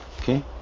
Okay